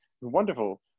wonderful